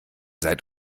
seid